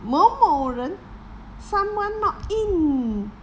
某某人 someone not in